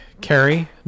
Carrie